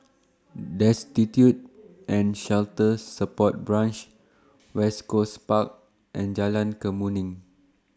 Destitute and Shelter Support Branch West Coast Park and Jalan Kemuning